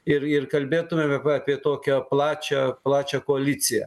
ir ir kalbėtumėme apie tokią plačią plačią koaliciją